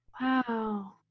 Wow